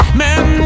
man